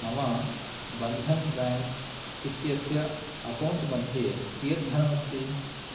मम बन्धन् बेङ्क् इत्यस्य अकौण्ट् मध्ये कियत् धनम् अस्ति